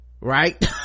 right